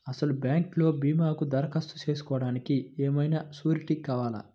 అసలు బ్యాంక్లో భీమాకు దరఖాస్తు చేసుకోవడానికి ఏమయినా సూరీటీ కావాలా?